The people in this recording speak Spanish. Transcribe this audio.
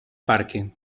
parque